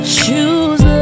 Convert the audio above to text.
choose